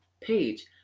page